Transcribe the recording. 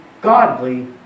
godly